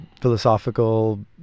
philosophical